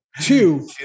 Two